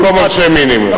במקום עונשי מינימום.